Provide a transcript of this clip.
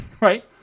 Right